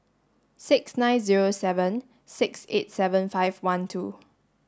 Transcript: six nine zero seven six eight seven five one two